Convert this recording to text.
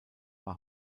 war